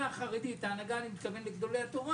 החרדית בהנהגה אני מתכוון לגדולי התורה